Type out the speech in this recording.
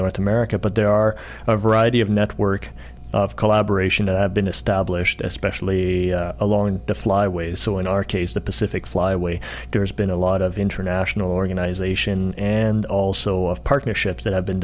north america but there are a variety of network of collaboration been established especially along the flyways so in our case the pacific flyaway there's been a lot of international organization and also of partnerships that have been